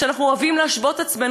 שאנחנו אוהבים להשוות את עצמנו אליהן,